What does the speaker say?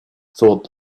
thought